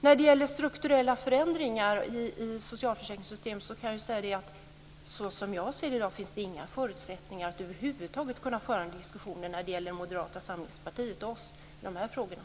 När det gäller strukturella förändringar i socialförsäkringssystem kan jag säga att såsom jag ser det finns det inga förutsättningar att över huvud taget kunna föra en diskussion mellan Moderata samlingspartiet och oss i de frågorna.